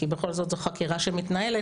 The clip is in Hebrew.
כי בכל זאת זו חקירה שמתנהלת,